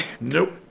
Nope